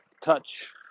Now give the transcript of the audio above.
touch